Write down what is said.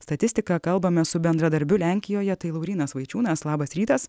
statistika kalbamės su bendradarbiu lenkijoje tai laurynas vaičiūnas labas rytas